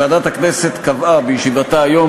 ועדת הכנסת קבעה בישיבתה היום,